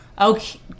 Okay